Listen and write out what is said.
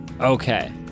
Okay